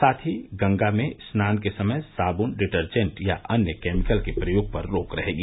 साथ ही गंगा में स्नान के समय साबुन डिटर्जेट या अन्य केमिकल के प्रयोग पर रोक रहेगी